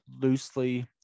loosely